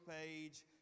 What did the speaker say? page